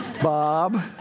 Bob